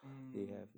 mm mm mm